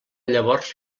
llavors